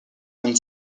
and